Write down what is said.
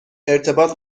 ارتباط